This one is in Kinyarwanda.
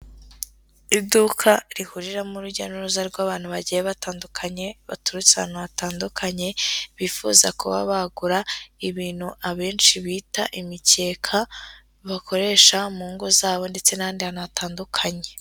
Iduka rihuriramo urujya n'uruza rw'abantu bagiye batandukanye, baturutse ahantu hatandukanye, bifuza kuba bagura ibintu abenshi bita imikeka, bakoresha mu ngo zabo ndetse n'ahadi hantu hatandukanye.